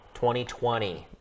2020